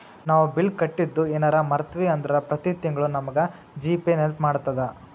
ನಾವು ಬಿಲ್ ಕಟ್ಟಿದ್ದು ಯೆನರ ಮರ್ತ್ವಿ ಅಂದ್ರ ಪ್ರತಿ ತಿಂಗ್ಳು ನಮಗ ಜಿ.ಪೇ ನೆನ್ಪ್ಮಾಡ್ತದ